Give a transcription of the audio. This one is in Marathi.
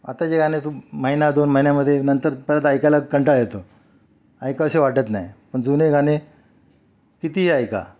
आत्ताचे गाणे तो महिना दोन महिन्यामध्ये नंतर परत ऐकायला कंटाळा येतो ऐकावेसे वाटत नाही पण जुने गाणे कितीही ऐका